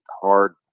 hard